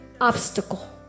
obstacle